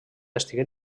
estigué